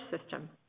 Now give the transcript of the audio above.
system